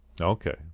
Okay